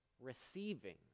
receiving